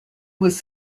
was